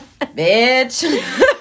Bitch